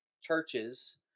churches